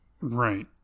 Right